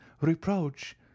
reproach